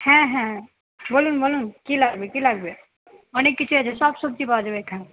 হ্যাঁ হ্যাঁ বলুন বলুন কি লাগবে কি লাগবে অনেক কিছুই আছে সব সবজি পাওয়া যাবে এখানে